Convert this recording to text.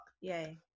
yay